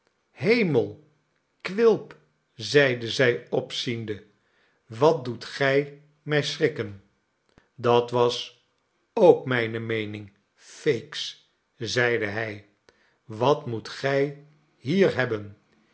hemel quilp zeide zij opziende wat doet gij mij schrikken i dat was ook mijne meening feeks zeide hij wat moet gij hier hebben